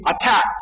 attacked